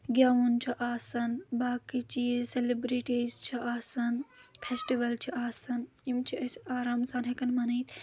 گیوُن چھُ آسان باقٕے چیٖز سیلبرٹیٖز چھِ آسان فیسٹِول چھِ آسان یِم چھِ أسۍ آرام سان ہؠکان منٲیِتھ